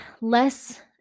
less –